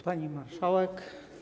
Pani Marszałek!